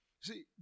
see